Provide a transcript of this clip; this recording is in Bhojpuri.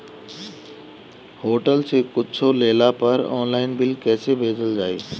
होटल से कुच्छो लेला पर आनलाइन बिल कैसे भेजल जाइ?